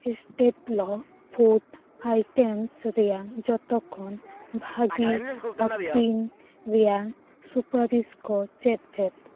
ᱥᱴᱮᱯᱞᱚ food items ᱨᱮᱭᱟᱝ ᱡᱚᱛᱚ ᱠᱷᱚᱱ ᱵᱷᱟᱹᱜᱩᱤ ᱟᱹᱠᱷᱟᱨᱤᱧ ᱨᱮᱭᱟᱜ ᱥᱩᱯᱟᱨᱤᱥ ᱠᱚ ᱪᱮᱫ ᱪᱮᱫ